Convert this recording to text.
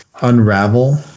unravel